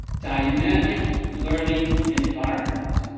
dynamic learning environment.